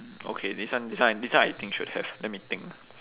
okay this one this one this one I think should have let me think